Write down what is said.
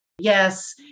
Yes